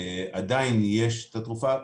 עדיין יש את התרופה.